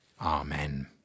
Amen